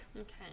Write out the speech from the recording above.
Okay